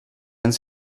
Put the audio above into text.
ins